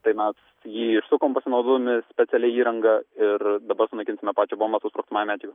tai mes jį išsukom pasinaudodami specialia įranga ir dabar sunaikinsime pačią bombą su sprogstamąja medžiaga